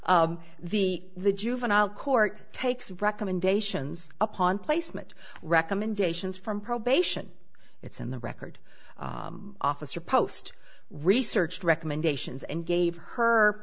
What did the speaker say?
brief the the juvenile court takes recommendations upon placement recommendations from probation it's in the record officer post researched recommendations and gave her